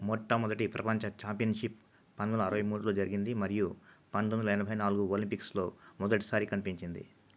మొట్టమొదటి ప్రపంచ చాంపియన్షిప్ పంతొమ్మిదివందల అరవైమూడులో జరిగింది మరియు పంతొమ్మిదివందల ఎనబైనాలుగు ఒలంపిక్స్లో మొదటిసారి కనిపించింది